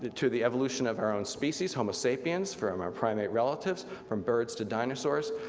to to the evolution of our own species homo sapiens from our primate relatives, from birds to dinosaurs,